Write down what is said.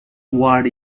ward